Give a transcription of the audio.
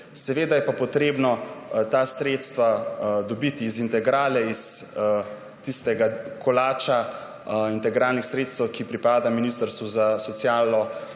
Seveda je pa treba ta sredstva dobiti iz integrale, iz tistega kolača integralnih sredstev, ki pripadajo Ministrstvu za socialo,